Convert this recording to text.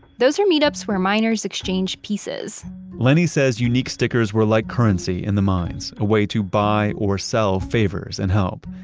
those are meetups where miners exchange pieces lennie says unique stickers were like currency in the mines, a way to buy or sell favors and help.